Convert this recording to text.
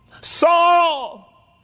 Saul